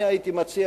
אני הייתי מציע,